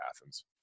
Athens